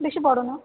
বেশি বড় নয়